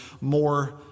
more